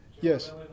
Yes